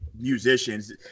musicians